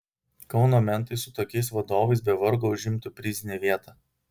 kauno mentai su tokiais vadovais be vargo užimtų prizinę vietą